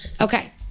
Okay